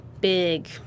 big